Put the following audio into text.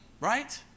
Right